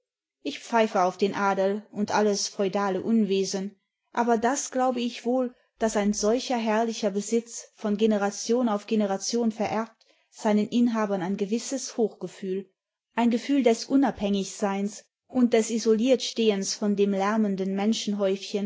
ich pfeife auf den adel und alles feudale unwesen aber das glaube ich wohl daß ein solcher herrlicher besitz von generation auf generation vererbt seinen inhabern ein gewisses hochgefühl ein gefühl des unabhängigseins imd des isoliertstehens von dem lärmenden